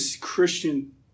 Christian